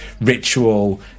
ritual